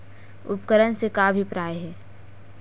उपकरण से का अभिप्राय हे?